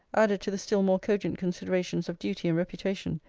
added to the still more cogent considerations of duty and reputation,